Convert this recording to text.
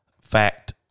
Fact